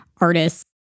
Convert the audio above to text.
Artists